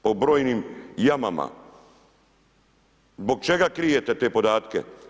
Po brojnim jamama, zbog čega krijete te podatke?